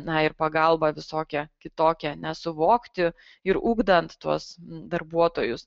na ir pagalba visokia kitokia ne suvokti ir ugdant tuos darbuotojus